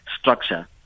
structure